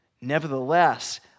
Nevertheless